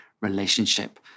relationship